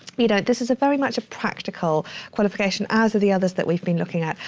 i mean this is very much a practical qualification, as are the others that we've been looking at.